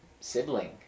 sibling